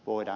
uida